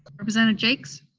ah representative jaques?